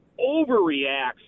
overreacts